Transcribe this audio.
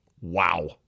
Wow